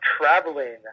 traveling